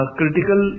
critical